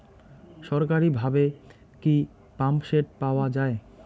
সরকারিভাবে কি পাম্পসেট পাওয়া যায়?